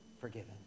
forgiven